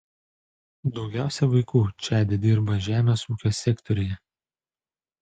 daugiausiai vaikų čade dirba žemės ūkio sektoriuje